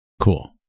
Cool